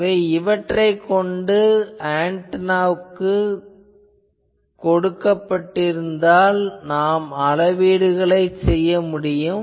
எனவே இவற்றைக் கொண்டு கொடுக்கப்பட்ட ஆன்டெனாவுக்கு நாம் அளவீடு செய்ய முடியும்